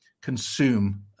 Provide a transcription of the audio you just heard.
consume